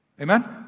Amen